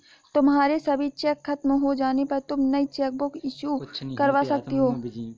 तुम्हारे सभी चेक खत्म हो जाने पर तुम नई चेकबुक इशू करवा सकती हो